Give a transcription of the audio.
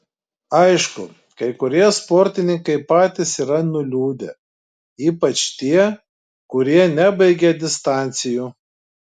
aišku kai kurie sportininkai patys yra nuliūdę ypač tie kurie nebaigė distancijų